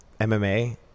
MMA